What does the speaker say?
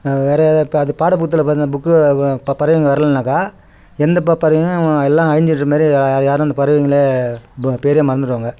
வேறு இப்போ அந்த பாடப் புத்தகத்தில் பார்த்தோன்னா புக்கு ப பறவைங்கள் வர்லைன்னாக்கா எந்த ப பறவையும் எல்லாம் அழிஞ்சுட்ற மாதிரி யாரும் அந்த பறவைங்களை ப பேரே மறந்துடுவாங்க